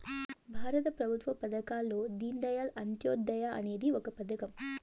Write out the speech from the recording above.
భారత ప్రభుత్వ పథకాల్లో దీన్ దయాళ్ అంత్యోదయ అనేది ఒక పథకం